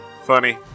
funny